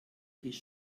ich